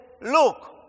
look